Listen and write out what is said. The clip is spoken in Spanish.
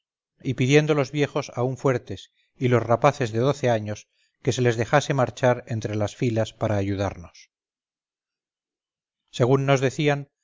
y pidiendo los viejos aún fuertes y los rapaces de doce años que se les dejase marchar entre las filas para ayudarnos según nos decían